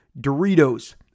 Doritos